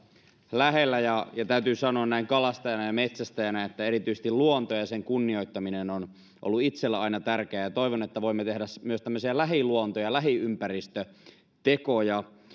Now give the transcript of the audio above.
lähellä ja ja täytyy sanoa näin kalastajana ja metsästäjänä että erityisesti luonto ja sen kunnioittaminen on ollut itselle aina tärkeää ja toivon että voimme tehdä myös tämmöisiä lähiluonto ja lähiympäristötekoja